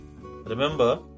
Remember